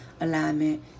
Alignment